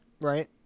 right